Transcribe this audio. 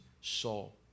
Saul